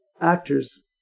actors